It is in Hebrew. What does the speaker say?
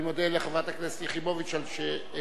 אני מודה לחברת הכנסת יחימוביץ על שהעלתה